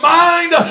mind